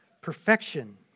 perfection